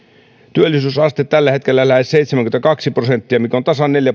työllisyysaste on tällä hetkellä lähes seitsemänkymmentäkaksi prosenttia mikä on tasan neljä